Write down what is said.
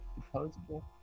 disposable